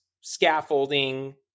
scaffolding